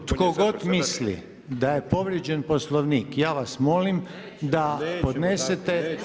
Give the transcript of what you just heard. Ovako, tko god misli da je povrijeđen Poslovnik, ja vas molim da podnesete